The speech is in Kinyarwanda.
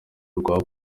rwa